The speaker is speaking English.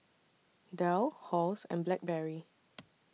Dell Halls and Blackberry